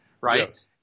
right